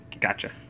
Gotcha